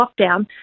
lockdown